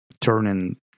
turning